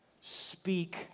Speak